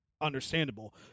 understandable